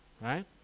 Right